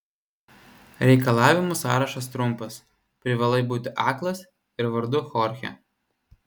reikalavimų sąrašas trumpas privalai būti aklas ir vardu chorchė